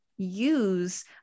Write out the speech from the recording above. use